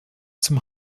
zum